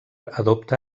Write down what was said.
adopta